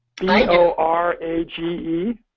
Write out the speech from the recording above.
B-O-R-A-G-E